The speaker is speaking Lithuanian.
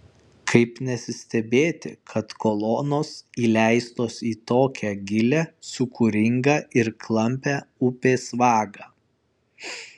kaip nesistebėti kad kolonos įleistos į tokią gilią sūkuringą ir klampią upės vagą